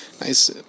nice